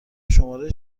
شماره